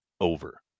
over